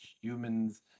humans